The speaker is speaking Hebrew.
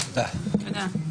הישיבה נעולה.